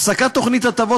הפסקת תוכנית הטבות,